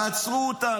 עצרו אותם.